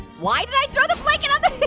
why did i throw the blanket on the